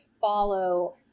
follow